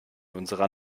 unserer